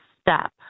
step